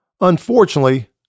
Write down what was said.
Unfortunately